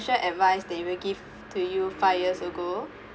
financial advice that you will give to you five years ago